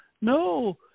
no